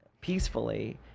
peacefully